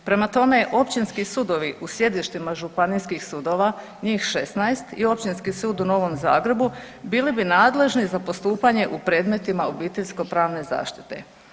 Prema tome, općinski sudovi u sjedištima županijskih sudova, njih 16 i Općinski sud u Novom Zagrebu bili bi nadležni za postupanje u predmetima obiteljsko pravne zaštite.